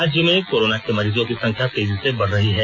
राज्य में कोरोना के मरीजों की संख्या तेजी से बढ़ी है